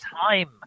time